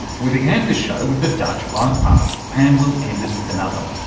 we began this show with a dutch bike path and we'll end it with another,